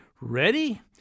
Ready